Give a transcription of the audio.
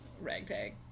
ragtag